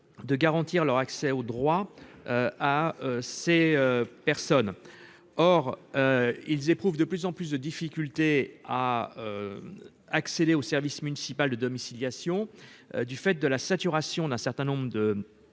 de garantir leur accès au droit, à ces personnes, or ils éprouvent de plus en plus de difficultés à accéder au service municipal de domiciliation du fait de la saturation d'un certain nombre de